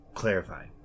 Clarify